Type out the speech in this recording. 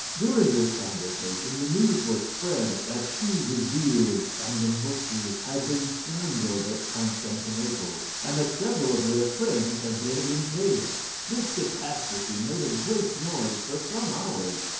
during this conversation, the news was spread that two viziers and the mufti had been strangled at constantinople, and that several of their friends had been impaled. this catastrophe made a great noise for some hours.